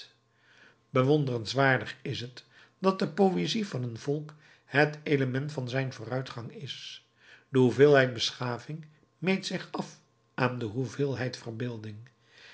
bewonderenswaardig is het dat de poëzie van een volk het element van zijn vooruitgang is de hoeveelheid beschaving meet zich af naar de hoeveelheid verbeelding